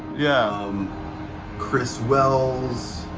yeah um chris wells.